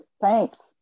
Thanks